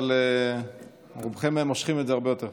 אבל רובכם מושכים את זה הרבה יותר.